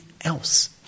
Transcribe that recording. else